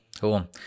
Cool